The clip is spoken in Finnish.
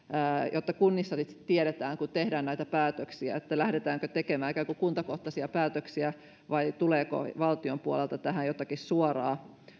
jotta kunnissa tiedetään kun tehdään näitä päätöksiä että lähdetäänkö tekemään ikään kuin kuntakohtaisia päätöksiä vai tuleeko valtion puolelta tähän jotakin suoraa